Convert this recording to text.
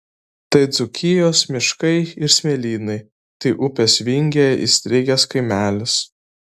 tai dzūkijos miškai ir smėlynai tai upės vingyje įstrigęs kaimelis